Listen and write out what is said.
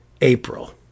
April